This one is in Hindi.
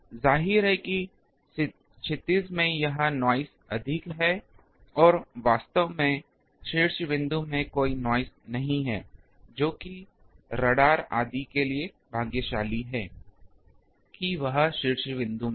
जाहिर है कि क्षितिज में यह नॉइस अधिक है और यह वास्तव में शीर्षबिंदु में कोई नॉइस नहीं है जो कि राडार आदि के लिए भाग्यशाली है कि वह शीर्षबिंदु में है